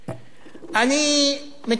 אני מתנגד לעישון,